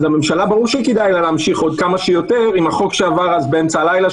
אז ברור שכדאי לממשלה להמשיך כמה שיותר עם החוק שעבר אז באמצע הלילה,